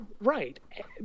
Right